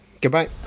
Goodbye